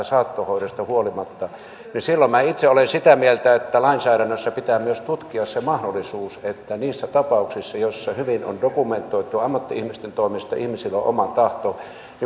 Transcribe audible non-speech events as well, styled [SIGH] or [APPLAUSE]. [UNINTELLIGIBLE] saattohoidosta huolimatta silloin minä itse olen sitä mieltä että lainsäädännössä pitää myös tutkia se mahdollisuus että niissä tapauksissa jotka on hyvin dokumentoitu ammatti ihmisten toimesta ja joissa ihmisillä on oma tahto